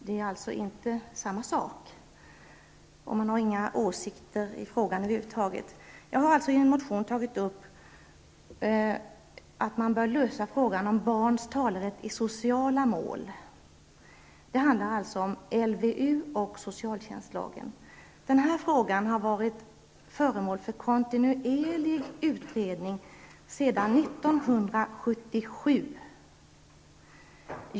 Det är alltså inte samma sak, och man har ingen åsikt i frågan över huvud taget. Jag har alltså i min motion tagit upp frågan om barnens talerätt i sociala mål. Det handlar alltså om LVU och socialtjänstlagen. Frågan har varit föremål för kontinuerlig utredning sedan 1977.